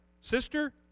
sister